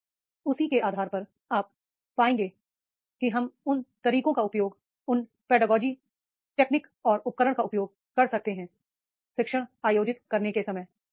और उसी के आधार पर आप पाएंगे कि आप उन तरीकों का उपयोग उन पेडागोजी टेक्निक और उपकरण का उपयोग कर सकते हैं प्रशिक्षण आयोजित करने के समय